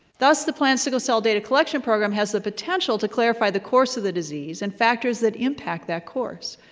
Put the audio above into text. thus, the planned sickle cell data collection program has the potential to clarify the course of the disease, and factors that impact that course.